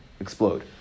explode